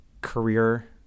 career